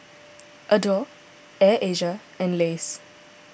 Adore Air Asia and Lays